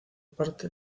parte